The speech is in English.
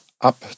up